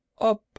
up